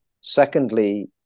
secondly